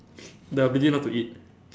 the ability not to eat